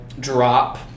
Drop